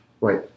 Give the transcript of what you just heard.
Right